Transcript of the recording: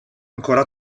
ancora